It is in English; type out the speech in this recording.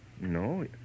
No